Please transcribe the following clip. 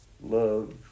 love